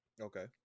Okay